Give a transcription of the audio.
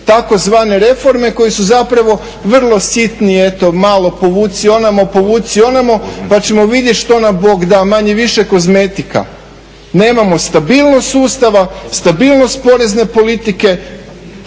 Tzv reforme koje su zapravo vrlo sitni, malo povuci onamo, povuci onamo, pa ćemo vidjet što nam Bog da, manje-više kozmetika. Nemamo stabilnost sustava, stabilnost porezne politike,